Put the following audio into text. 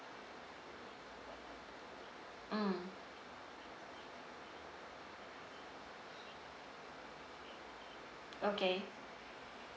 mm okay